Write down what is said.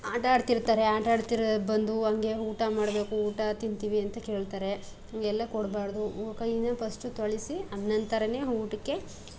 ಆಟ ಆಡ್ತಿರ್ತಾರೆ ಆಟಾಡ್ತಿರು ಬಂದು ಹಂಗೆ ಊಟ ಮಾಡಬೇಕು ಊಟ ತಿಂತೀವಿ ಅಂತ ಕೇಳ್ತಾರೆ ಹಂಗೆಲ್ಲ ಕೊಡಬಾರ್ದು ಉ ಕೈನ ಫಸ್ಟು ತೊಳೆಸಿ ಆ ನಂತರವೇ ಊಟಕ್ಕೆ